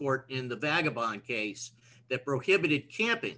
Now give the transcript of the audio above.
court in the vagabond case that prohibited camping